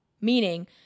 meaning